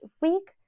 week